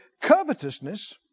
covetousness